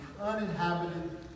uninhabited